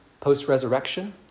post-resurrection